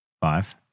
Five